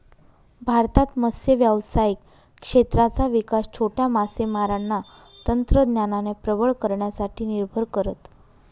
भारतात मत्स्य व्यावसायिक क्षेत्राचा विकास छोट्या मासेमारांना तंत्रज्ञानाने प्रबळ करण्यासाठी निर्भर करत